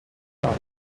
off